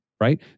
Right